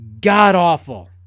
God-awful